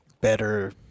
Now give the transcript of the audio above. better